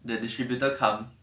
the distributor come